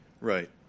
Right